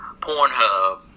Pornhub